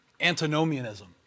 antinomianism